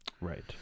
Right